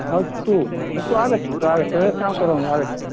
अस्तु अस्तु आगच्छतु आगच्छतु व्यवस्थां करोमि आगच्छतु